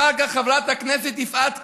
אחר כך חברת הכנסת יפעת קריב,